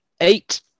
eight